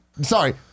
sorry